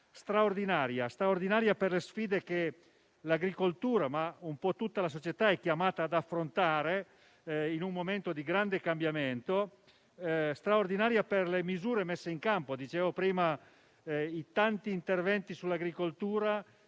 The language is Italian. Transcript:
straordinaria sia per le sfide che l'agricoltura, ma un po' tutta la società è chiamata ad affrontare in un momento di grande cambiamento, sia per le misure messe in campo. Come dicevo prima, tanti sono gli interventi sull'agricoltura;